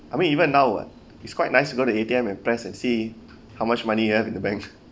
I mean even now [what] it's quite nice to go to A_T_M and press and see how much money you have in the bank